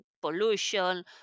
pollution